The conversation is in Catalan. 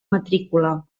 matrícula